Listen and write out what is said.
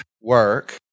work